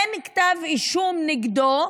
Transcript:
אין כתב אישום נגדו,